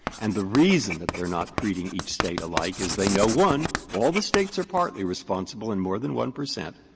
and the reason that they're not treating each state alike is they know, one, all the states are partly responsible in more than one percent,